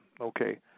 Okay